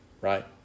right